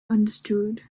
understood